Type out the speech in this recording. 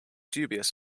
dubious